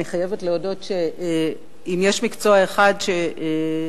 אני חייבת להודות שאם יש מקצוע אחד שחשבתי